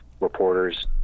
reporters